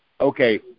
Okay